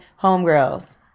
homegirls